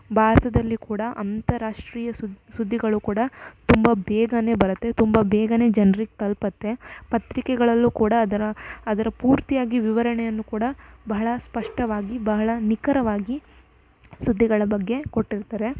ಭಾರತದಲ್ಲಿ ಕೂಡ ಅಂತಾರಾಷ್ಟ್ರೀಯ ಸುದ್ದಿ ಸುದ್ದಿಗಳು ಕೂಡ ತುಂಬ ಬೇಗನೇ ಬರುತ್ತೆ ತುಂಬ ಬೇಗನೆ ಜನ್ರಿಗೆ ತಲುಪತ್ತೆ ಪತ್ರಿಕೆಗಳಲ್ಲೂ ಕೂಡ ಅದರ ಅದರ ಪೂರ್ತಿಯಾಗಿ ವಿವರಣೆಯನ್ನು ಕೂಡ ಬಹಳ ಸ್ಪಷ್ಟವಾಗಿ ಬಹಳ ನಿಖರವಾಗಿ ಸುದ್ದಿಗಳ ಬಗ್ಗೆ ಕೊಟ್ಟಿರ್ತಾರೆ